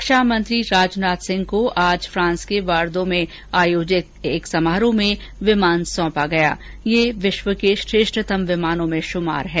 रक्षामंत्री राजनाथ सिंह को आज फ्रांस के वॉर्दो में आयोजित एक समारोह में विमान सौंपा गया ायह विश्व के श्रेष्ठतम विमानों में शुमार है